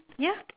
ya